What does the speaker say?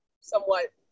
somewhat